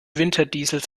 winterdiesel